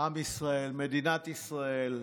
עם ישראל, מדינת ישראל,